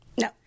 No